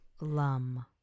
lum